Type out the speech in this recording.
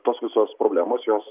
tos visos problemos jos